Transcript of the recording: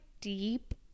deep